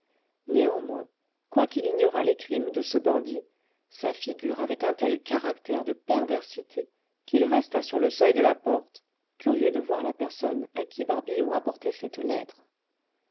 néanmoins quoiqu'il ignorât les crimes de ce bandit sa figure avait un tel caractère de perversité qu'il resta sur le seuil de la porte curieux de voir la personne à qui barbillon apportait cette lettre